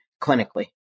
clinically